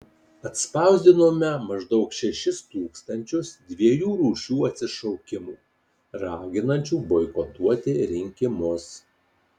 atspausdinome maždaug šešis tūkstančius dviejų rūšių atsišaukimų raginančių boikotuoti rinkimus